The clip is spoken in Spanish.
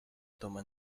toma